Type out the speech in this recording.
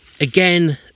again